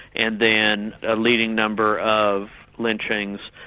and then a leading number of lynchings,